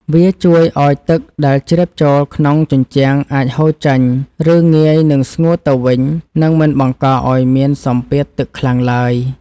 វាជួយឱ្យទឹកដែលជ្រាបចូលក្នុងជញ្ជាំងអាចហូរចេញ ឬ ងាយនឹងស្ងួតទៅវិញ និង មិនបង្កឱ្យមានសម្ពាធទឹកខ្លាំងឡើយ។